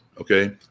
okay